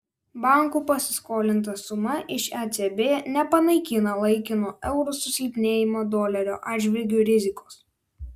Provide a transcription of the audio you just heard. bankų pasiskolinta suma iš ecb nepanaikina laikino euro susilpnėjimo dolerio atžvilgiu rizikos